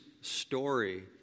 story